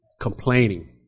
Complaining